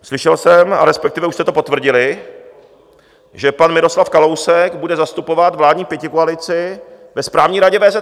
slyšel jsem, a respektive už jste to potvrdili, že pan Miroslav Kalousek bude zastupovat vládní pětikoalici ve Správní radě VZP.